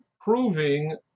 proving